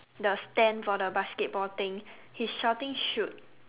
the stand for the basketball thing he's shouting shoot